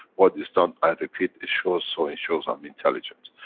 what is done i repeat, it shows, so it shows i'm intelligent.